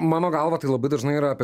mano galva tai labai dažnai yra apie